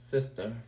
Sister